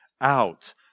out